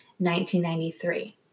1993